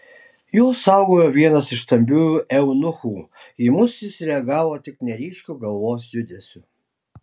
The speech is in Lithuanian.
juos saugojo vienas iš stambiųjų eunuchų į mus jis reagavo tik neryškiu galvos judesiu